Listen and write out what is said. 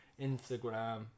instagram